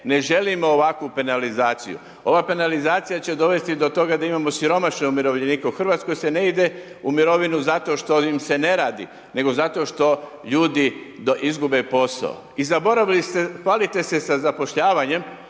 ne želimo ovakvu penalizaciju, ova penalizacija će dovesti do toga da imamo siromašne umirovljenike, u Hrvatskoj se ne ide u mirovinu zato što im se ne radi nego zato što ljudi izgube posao. I zaboravili ste, hvalite se sa zapošljavanjem